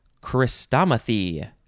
Christomathy